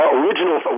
original